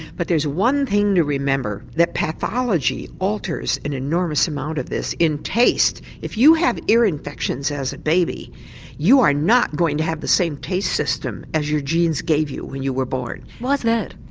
but there's one thing to remember that pathology alters an enormous amount of this in taste. if you have ear infections as a baby you are not going to have the same taste system as your genes gave you when you were born. why's that?